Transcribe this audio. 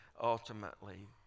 ultimately